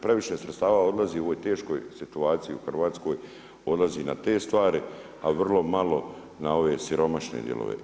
Previše sredstava odlazi u ovoj teškoj situaciji u Hrvatskoj, odlazi na te stvari a vrlo malo na ove siromašne dijelove.